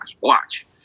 Watch